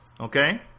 okay